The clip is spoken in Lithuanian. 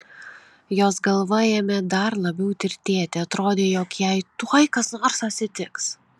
jos galva ėmė dar labiau tirtėti atrodė jog jai tuoj kas nors atsitiks